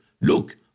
look